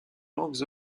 langues